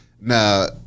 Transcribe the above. Now